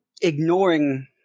Ignoring